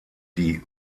die